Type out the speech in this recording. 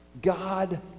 God